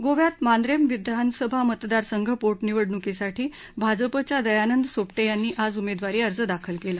गोव्यात मांद्रेम विधानसभा मतदारसंघ पोटनिवडणुकीसाठी भाजपाच्या दयानंद सोप्टे यांनी आज उमेदवारी अर्ज दाखल केला